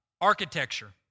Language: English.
architecture